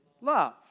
love